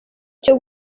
cyo